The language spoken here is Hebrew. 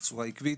בצורה עקבית,